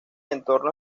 entorno